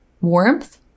warmth